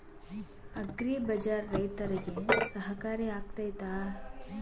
Agri ಬಜಾರ್ ರೈತರಿಗೆ ಸಹಕಾರಿ ಆಗ್ತೈತಾ?